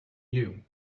you